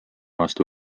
vastu